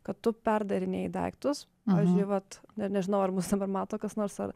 kad tu perdarinėji daiktus pavyzdžiui vat net nežinau ar mus dabar mato kas nors ar